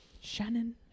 Shannon